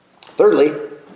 Thirdly